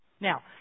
Now